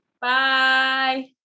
Bye